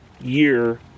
year